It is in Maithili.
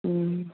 हूँ